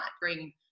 bring